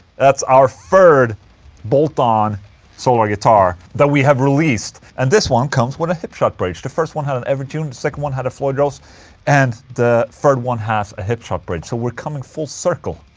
that's our third bolt on solar guitar that we have released and this one comes with a hipshot bridge, the first one had an evertune, second one had a floyd rose and the third one has a hipshot bridge. so we're coming full circle